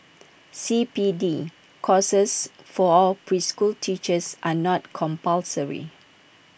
C P D courses for preschool teachers are not compulsory